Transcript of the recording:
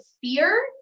fear